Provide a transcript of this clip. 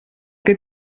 que